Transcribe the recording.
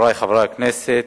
חברי חברי הכנסת,